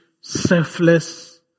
selfless